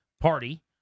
party